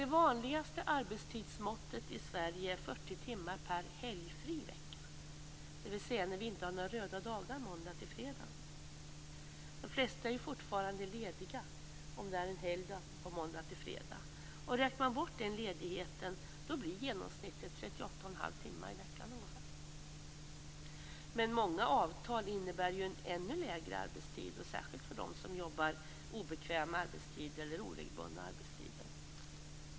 Det vanligaste arbetstidsmåttet i Sverige är 40 timmar per helgfri vecka, dvs. när vi inte har några röda dagar måndag-fredag. De flesta är ju fortfarande lediga om det är en helgdag under måndag-fredag, och om man räknar bort den ledigheten blir genomsnittet ungefär 38,5 timmar i veckan. Men många avtal innebär en ännu kortare arbetstid, särskilt för dem som jobbar obekväm arbetstid eller oregelbundna arbetstider.